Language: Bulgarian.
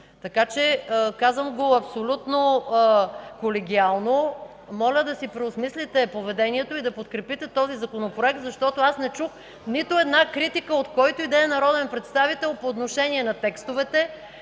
Казвам го абсолютно колегиално. Моля да преосмислите поведението си и да подкрепите този Законопроект, защото аз не чух нито една критика от който и да е народен представител по отношение на текстовете.